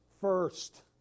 first